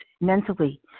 mentally